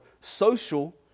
social